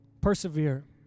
Persevere